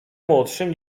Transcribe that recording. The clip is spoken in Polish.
młodszym